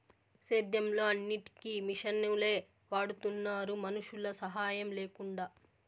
సేద్యంలో అన్నిటికీ మిషనులే వాడుతున్నారు మనుషుల సాహాయం లేకుండా